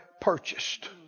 purchased